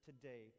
today